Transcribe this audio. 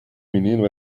menino